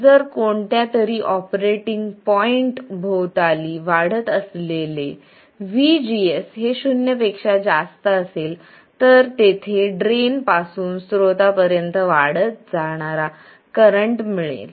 जर कोणत्यातरी operating point भोवताली वाढत असलेले vgs हे शून्य पेक्षा जास्त असेल तर तेथे ड्रेन पासून स्त्रोतापर्यंत वाढणारा करंट मिळेल